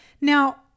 Now